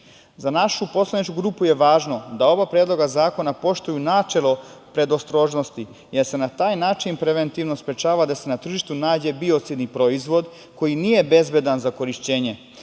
našu poslaničku grupu je važno da oba predloga zakona poštuju načelo predostrožnosti i da se na taj način preventivno sprečava da se na tržištu nađe biocidni proizvod, koji nije bezbedan za korišćenje,